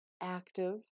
active